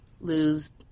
lose